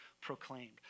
proclaimed